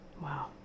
Wow